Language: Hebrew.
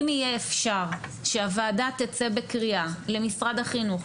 אם יהיה אפשר שהוועדה תצא בקריאה למשרד החינוך,